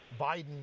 Biden